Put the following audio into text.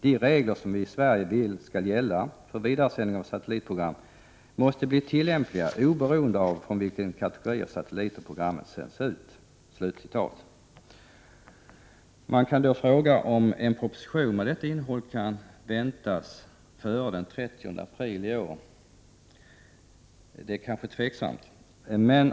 De regler som vi i Sverige vill skall gälla för vidaresändningar av satellitprogram måste bli tillämpliga oberoende av från vilken kategori av satelliter programmen sänds ut.” Man kan då fråga om en proposition med detta innehåll kan väntas före den 30 april i år. Det kanske är tvivelaktigt.